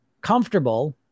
comfortable